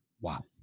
Wow